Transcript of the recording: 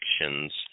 predictions